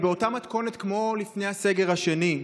היא באותה מתכונת כמו לפני הסגר השני,